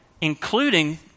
including